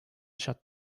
shut